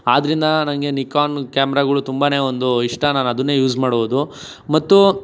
ಆದ್ದರಿಂದ ನನಗೆ ನಿಕೊನ್ ಕ್ಯಾಮ್ರಗಳು ತುಂಬನೇ ಒಂದು ಇಷ್ಟ ನಾನು ಅದನ್ನೇ ಯೂಸ್ ಮಾಡೋದು ಮತ್ತು